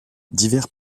divers